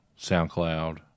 SoundCloud